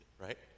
right